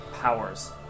powers